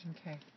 Okay